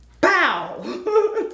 bow